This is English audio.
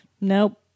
Nope